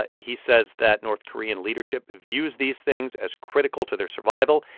ah he says that north korean leadership views these things as critical to their survival.